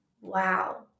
wow